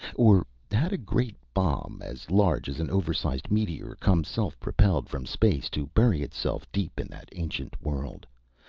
or had a great bomb, as large as an oversized meteor, come self-propelled from space, to bury itself deep in that ancient world?